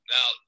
Now